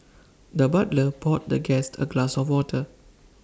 the butler poured the guest A glass of water